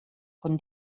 con